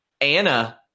Anna –